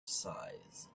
size